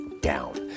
down